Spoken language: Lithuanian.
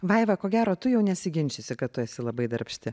vaiva ko gero tu jau nesiginčysi kad tu esi labai darbšti